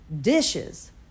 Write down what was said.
Dishes